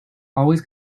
always